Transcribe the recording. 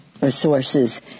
resources